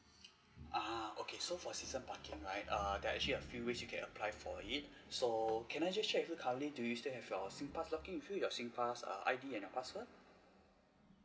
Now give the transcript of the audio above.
uh okay so for season parking right err there's actually a few ways you can apply for it so can I just check with you currently do you still have your singpass login with you your singpass err I_D and the password